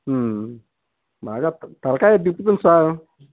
మ్మ్ మగ తలకాయ తిప్పుతోంది సార్